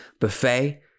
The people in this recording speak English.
buffet